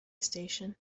station